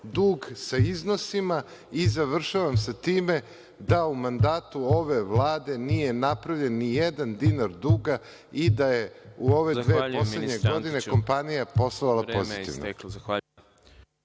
dug sa iznosima i završavamo sa time da u mandatu ove Vlade nije napravljen nijedan dinar duga i da je u ove dve poslednje godine poslovao pozitivno.